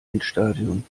endstadium